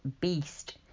beast